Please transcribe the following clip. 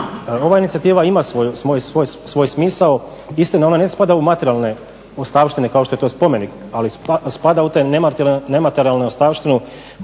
Ova inicijativa ima svoj smisao. Istina ona ne spada u materijalne ostavštine kao što je spomenik, ali spada u tu nematerijalnu ostavštinu